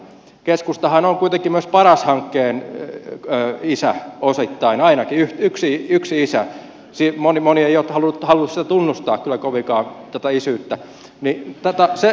keskustahan on kuitenkin myös paras hankkeen isä osittain ainakin yksi isä moni ei ole halunnut kyllä oikein tunnustaa tätä isyyttä